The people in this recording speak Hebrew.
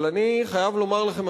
אבל אני חייב לומר לכם,